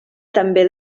també